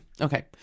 Okay